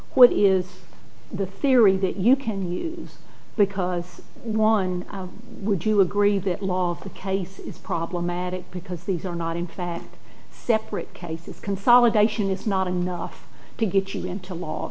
what is the theory that you can use because one would you agree that law of the case is problematic because these are not in fact separate cases consolidation is not enough to get you into law